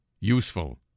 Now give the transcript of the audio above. useful